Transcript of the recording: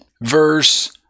Verse